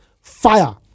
fire